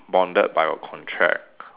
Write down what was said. bonded by a contract